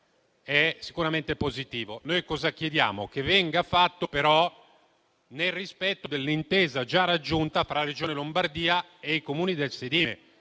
è sicuramente positivo. Quello che chiediamo è che ciò venga fatto, però, nel rispetto dell'intesa già raggiunta fra Regione Lombardia e i Comuni del sedime,